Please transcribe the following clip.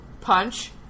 punch